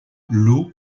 l’eau